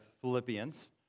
Philippians